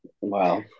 wow